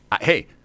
Hey